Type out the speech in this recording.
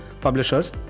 publishers